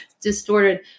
distorted